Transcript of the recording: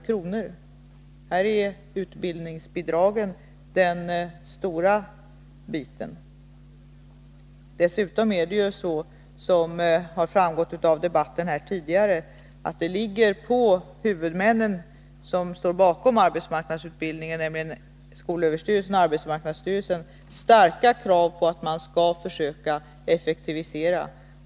Här är utbildningsbidragen den stora biten. Dessutom ligger det — som framgått av debatten här tidigare — på huvudmännen som står bakom arbetsmarknadsutbildningen, nämligen skolöverstyrelsen och arbetsmarknadsstyrelsen, ett starkt krav på att de skall försöka effektivisera.